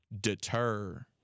deter –